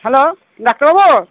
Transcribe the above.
hello ডাক্তারবাবু